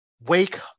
Wake